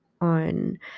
on